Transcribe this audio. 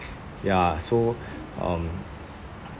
ya so um